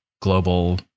global